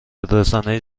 رسانههای